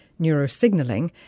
neurosignaling